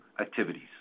activities